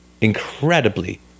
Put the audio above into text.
incredibly